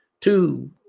two